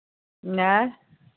नहि